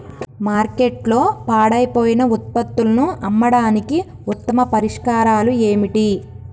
మార్కెట్లో పాడైపోయిన ఉత్పత్తులను అమ్మడానికి ఉత్తమ పరిష్కారాలు ఏమిటి?